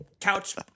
couch